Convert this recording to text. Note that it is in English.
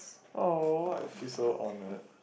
oh I feel so honoured